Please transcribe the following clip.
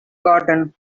cotton